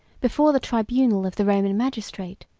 before the tribunal of the roman magistrate,